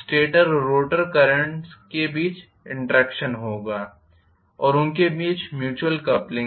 stator और rotor currents के बीच इंटरॅक्षन होगा और उनके बीच म्यूच्युयल कपलिंग भी